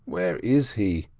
where is he?